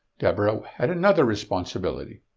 deborah had another responsibility.